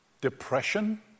depression